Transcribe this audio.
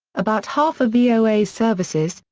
about half of voa's services,